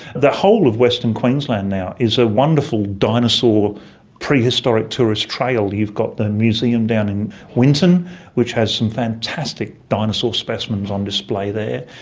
the whole of western queensland now is a wonderful dinosaur prehistoric tourist trail. you've got the museum down in winton which has some fantastic dinosaur specimens on display there.